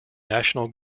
national